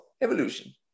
evolution